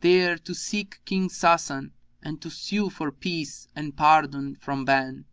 there to seek king sasan and to sue for peace and pardon from ban.